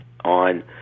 on